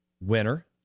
winner